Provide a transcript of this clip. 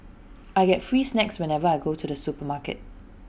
I get free snacks whenever I go to the supermarket